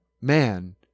man